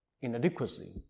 inadequacy